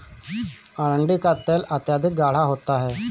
अरंडी का तेल अत्यधिक गाढ़ा होता है